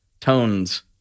tones